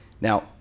Now